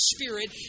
Spirit